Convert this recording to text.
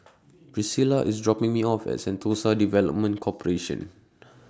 Priscila IS dropping Me off At Sentosa Development Corporation